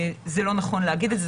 זה לא נכון להגיד את זה.